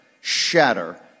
shatter